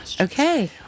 Okay